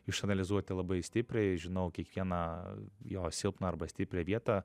išanalizuoti labai stipriai žinojau kiekvieną jo silpną arba stiprią vietą